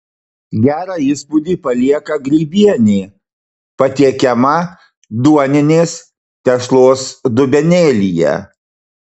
gerą įspūdį palieka grybienė patiekiama duoninės tešlos dubenėlyje